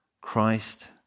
christ